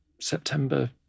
September